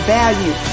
value